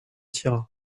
tira